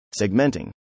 segmenting